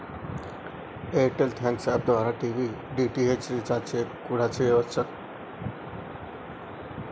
air tell thanks app ద్వారా TV DTH recharge కూడా చెయ్యచ్చు